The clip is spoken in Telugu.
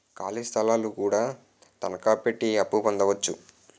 ఖాళీ స్థలాలు కూడా తనకాపెట్టి అప్పు పొందొచ్చు